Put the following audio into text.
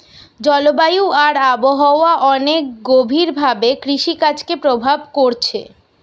জলবায়ু আর আবহাওয়া অনেক গভীর ভাবে কৃষিকাজকে প্রভাব কোরছে